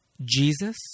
Jesus